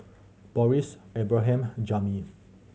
Boris Abraham Jami